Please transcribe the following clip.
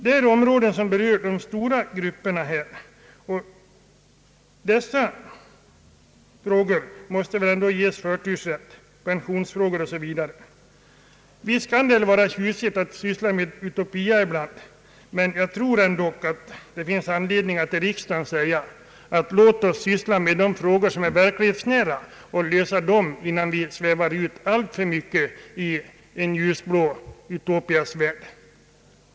Det är områden som berör de stora grupperna. Dessa frågor — t.ex. pensionsfrågor — måste ges förtursrätt. Visst kan det vara tjusigt att syssla med utopia ibland, men det finns fog för att i riksdagen säga: Låt oss syssla med de frågor som är verklighetsnära och lösa dem, innan vi svävar ut alltför mycket i en ljusblå utopias värld.